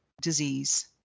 disease